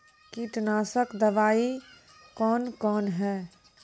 कीटनासक दवाई कौन कौन हैं?